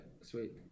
sweet